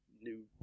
new